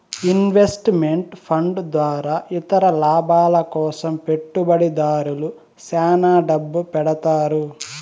invest meant fund ద్వారా ఇతర లాభాల కోసం పెట్టుబడిదారులు శ్యాన డబ్బు పెడతారు